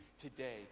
today